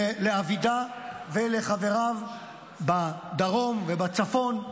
לאבידע ולחבריו בדרום ובצפון,